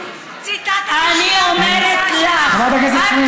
אני אומרת לך, חברת הכנסת סויד.